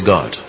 God